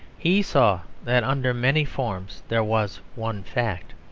he saw that under many forms there was one fact,